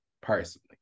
personally